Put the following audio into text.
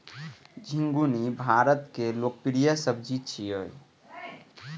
झिंगुनी भारतक लोकप्रिय सब्जी छियै